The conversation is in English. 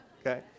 Okay